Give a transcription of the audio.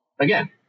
Again